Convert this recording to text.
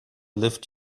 lived